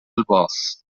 الباص